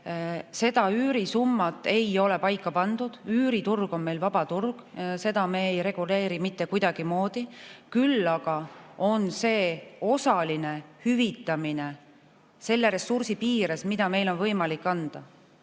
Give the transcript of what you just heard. Üürisummat ei ole paika pandud. Üüriturg on meil vaba turg, seda me ei reguleeri mitte kuidagimoodi. Küll aga on tegu osalise hüvitamisega selle ressursi piires, mida meil on võimalik anda.